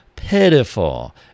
pitiful